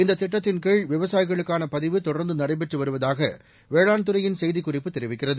இந்த திட்டத்தின் கீழ் விவசாயிகளுக்கான பதிவு தொடர்ந்து நடைபெற்று வருவதாக வேளாண் துறையின் செய்திக்குறிப்பு தெரிவிக்கிறது